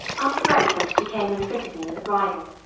after breakfast he came and fitted me with a bridle.